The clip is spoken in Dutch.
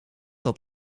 had